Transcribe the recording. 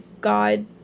God